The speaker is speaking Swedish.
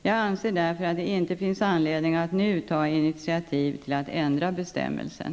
Jag anser därför att det inte finns anledning att nu ta initiativ till att ändra bestämmelsen.